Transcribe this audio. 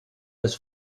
als